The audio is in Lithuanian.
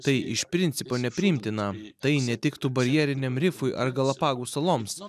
tai iš principo nepriimtina tai netiktų barjeriniam rifui ar galapagų saloms o